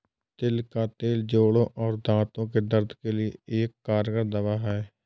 तिल का तेल जोड़ों और दांतो के दर्द के लिए एक कारगर दवा है